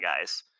guys